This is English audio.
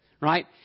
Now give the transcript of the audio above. right